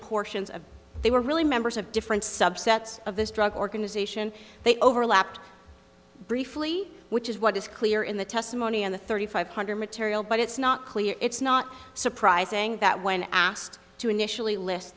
portions of they were really members of different subsets of this drug organization they overlapped briefly which is what is clear in the testimony on the thirty five hundred material but it's not clear it's not surprising that when asked to initially l